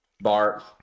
Bart